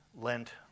Lent